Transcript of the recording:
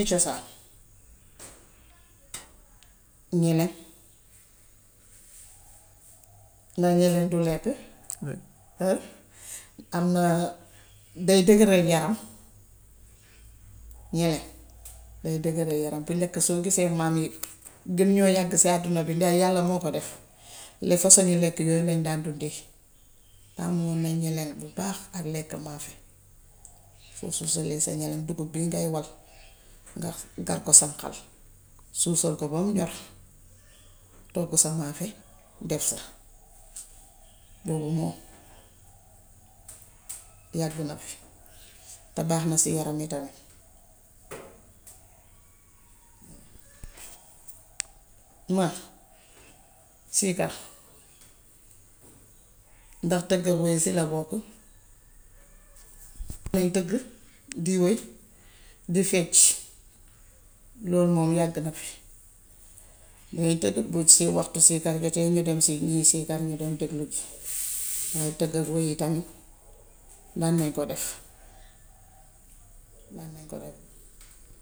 Ci cosaan, nee nañ mag ña lan doon lekk am na bay dëgeral yaram mooy day dëgëral yaram. Bu njëkka suñ gisee maam yi gën ñoo yàgg si hàddina bi ndax yàlla moo koo def lee fasoŋi lekk yooy lan daan dundee. Tàmmoon nañ ñelaŋ bu baax ak lekk maafe. Foo suusalee sa ñalaŋ dugub bii ngay wal, nga gar ko sànqal, suusal ko bam ñor, toggu sa maafe, def sa. Boobu moom yàgg na fi, te baax na si yaram itam. Man siikar ndax tëgg bool si la bokk. May tëgg di wëy, di fecc. Lool moom yàgg na fi. Damay tëdd bu waxtu siikar jotee ñu dem si ñiy siikar ñu dem déglu ji. Waaw tëgg bool yi tam daan nañ ko def daan nañ ko def.